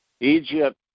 Egypt